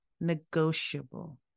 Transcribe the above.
negotiable